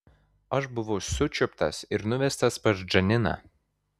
aš buvau sučiuptas ir nuvestas pas džaniną